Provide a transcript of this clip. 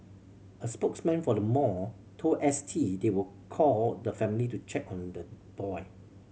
a spokesman for the mall told S T they will call the family to check on the boy